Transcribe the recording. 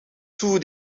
two